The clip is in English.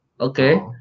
okay